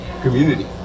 community